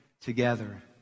together